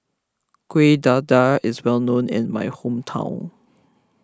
Kuih Dadar is well known in my hometown